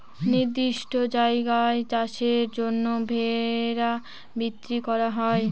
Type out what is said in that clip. নির্দিষ্ট জায়গায় চাষের জন্য ভেড়া বিক্রি করা হয়